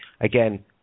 again